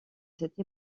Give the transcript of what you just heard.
cette